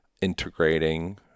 integrating